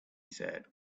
said